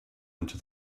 into